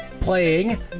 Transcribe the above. playing